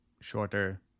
shorter